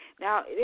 Now